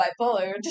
bipolar